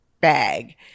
bag